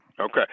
Okay